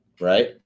right